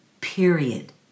period